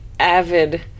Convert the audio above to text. Avid